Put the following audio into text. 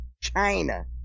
China